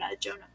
Jonah